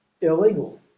illegal